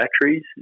batteries